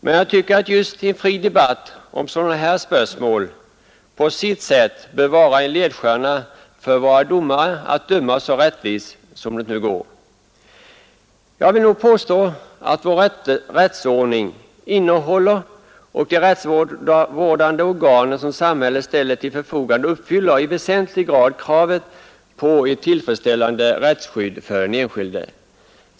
Men jag tycker att just en fri debatt om sådana här spörsmål på sitt sätt bör vara en ledstjärna för våra domare att döma så rättvist som det nu går. Jag vill nog påstå att vår rättsordning innehåller och att de rättsvårdande organ som samhället ställer till förfogande uppfyller i väsentlig grad kravet på ett tillfredsställande rättsskydd för den enskilde.